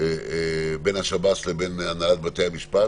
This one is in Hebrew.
בין השב"ס לבין הנהלת בתי המשפט,